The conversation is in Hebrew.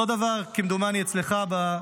אותו דבר כמדומני אצלך.